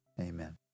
amen